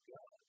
God